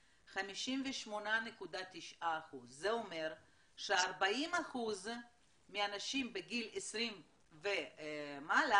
58.9%. זה אומר ש-40% מהאנשים בגיל 20 ומעלה